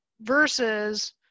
versus